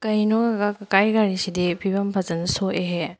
ꯀꯩꯅꯣ ꯀꯀꯥ ꯀꯀꯥꯒꯤ ꯒꯥꯔꯤꯁꯤꯗꯤ ꯐꯤꯕꯝ ꯐꯖꯅ ꯁꯣꯛꯑꯦꯍꯦ